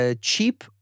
Cheap